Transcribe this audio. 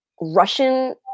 Russian